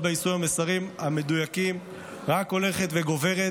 ביישומי המסרים המדויקים רק הולכת וגוברת,